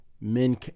men